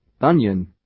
onion